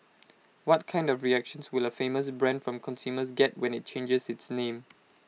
what kind of reactions will A famous brand from consumers get when IT changes its name